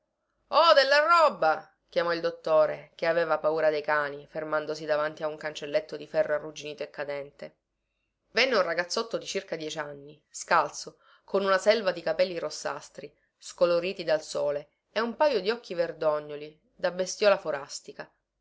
oh della roba chiamò il dottore che aveva paura dei cani fermandosi davanti a un cancelletto di ferro arrugginito e cadente venne un ragazzotto di circa dieci anni scalzo con una selva di capelli rossastri scoloriti dal sole e un pajo di occhi verdognoli da bestiola forastica